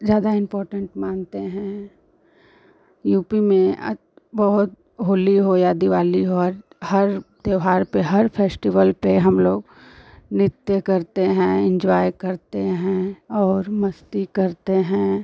ज़्यादा इम्पॉर्टेन्ट मानते हैं यू पी में बहुत होली हो या दिवाली हो हर हर त्योहार पर हर फ़ेस्टिवल पर हमलोग नृत्य करते हैं एन्ज़ॉय करते हैं और मस्ती करते हैं